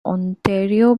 ontario